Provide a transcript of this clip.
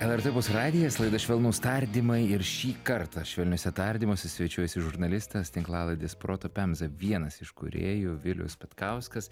lrt opus radijas laida švelnūs tardymai ir šį kartą švelniuose tardymuose svečiuojasi žurnalistas tinklalaidės proto pemza vienas iš kūrėjų vilius petkauskas